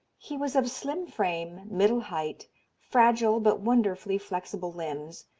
he was of slim frame, middle height fragile but wonderfully flexible limbs,